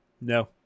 no